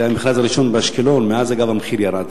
זה המכרז הראשון, באשקלון, מאז, אגב, המחיר ירד.